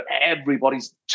everybody's